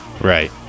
Right